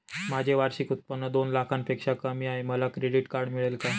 माझे वार्षिक उत्त्पन्न दोन लाखांपेक्षा कमी आहे, मला क्रेडिट कार्ड मिळेल का?